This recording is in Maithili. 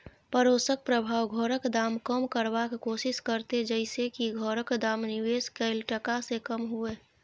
पडोसक प्रभाव घरक दाम कम करबाक कोशिश करते जइसे की घरक दाम निवेश कैल टका से कम हुए